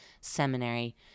seminary